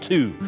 Two